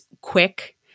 quick